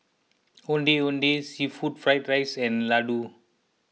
Ondeh Ondeh Seafood Fried Rice and Laddu